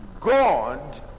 God